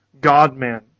God-man